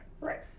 right